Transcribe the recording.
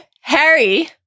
Harry